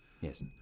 Yes